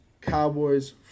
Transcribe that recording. Cowboys